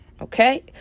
okay